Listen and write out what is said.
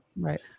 Right